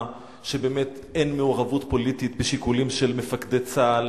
שבאמת אין מעורבות פוליטית בשיקולים של מפקדי צה"ל,